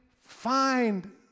find